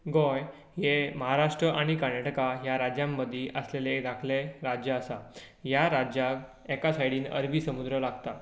गोंय हें महाराष्ट्र आनी कर्नाटका ह्या राज्यां मदीं आसलेलें धाकलें राज्य आसा ह्या राज्याक एका सायडीन अरबी समुद्र लागता